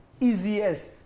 easiest